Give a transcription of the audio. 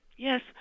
Yes